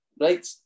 right